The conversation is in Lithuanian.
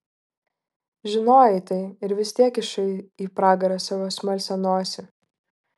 žinojai tai ir vis tiek kišai į pragarą savo smalsią nosį